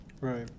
right